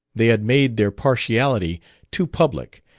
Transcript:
they had made their partiality too public,